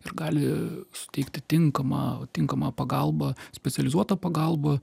ir gali suteikti tinkamą tinkamą pagalbą specializuotą pagalbą